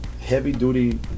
heavy-duty